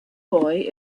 boy